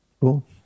cool